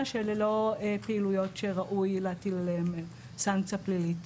שאלו לא פעילויות שראוי להטיל עליהם סנקציה פלילית.